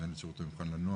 מנהלת שירותי למבחן לנוער,